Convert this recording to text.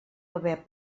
haver